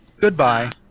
Goodbye